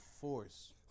force